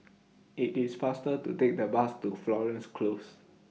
IT IS faster to Take The Bus to Florence Close